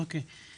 תודה.